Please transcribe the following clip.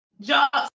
jobs